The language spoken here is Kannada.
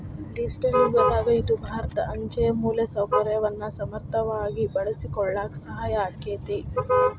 ಡಿಜಿಟಲ್ ಯುಗದಾಗ ಇದು ಭಾರತ ಅಂಚೆಯ ಮೂಲಸೌಕರ್ಯವನ್ನ ಸಮರ್ಥವಾಗಿ ಬಳಸಿಕೊಳ್ಳಾಕ ಸಹಾಯ ಆಕ್ಕೆತಿ